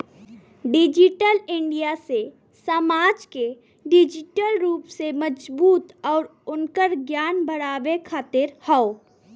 digital India से समाज के डिजिटल रूप से मजबूत आउर उनकर ज्ञान बढ़ावे खातिर हौ